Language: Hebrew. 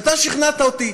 אתה שכנעת אותי,